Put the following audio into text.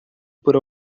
por